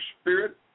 spirit